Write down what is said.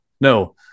no